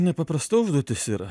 nepaprasta užduotis yra